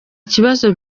kibazo